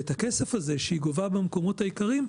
את הכסף הזה שהיא גובה במקומות העיקריים,